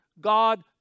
God